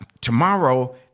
tomorrow